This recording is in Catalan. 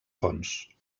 fonts